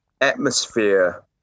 atmosphere